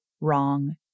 wrong